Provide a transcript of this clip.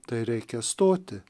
tai reikia stoti